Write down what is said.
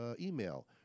email